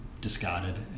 discarded